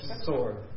sword